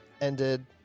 ended